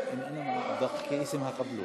הוא פחדן,